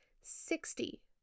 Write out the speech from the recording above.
Sixty